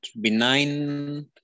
benign